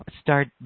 start